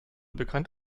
bekannt